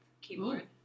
keyboard